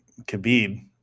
Khabib